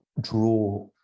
draw